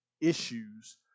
issues